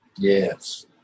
yes